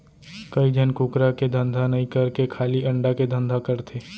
कइ झन कुकरा के धंधा नई करके खाली अंडा के धंधा करथे